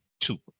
Two